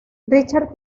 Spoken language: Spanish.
richard